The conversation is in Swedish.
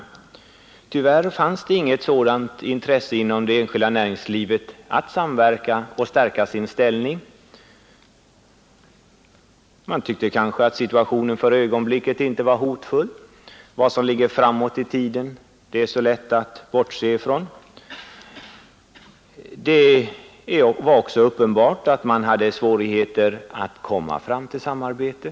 Tyvärr fanns inget intresse inom det enskilda näringslivet för att samverka och stärka sin ställning. Man tyckte kanske att situationen för ögonblicket inte var hotfull. Vad som ligger framåt i tiden är så lätt att bortse ifrån. Det var också uppenbart att man hade svårigheter att nå fram till ett samarbete.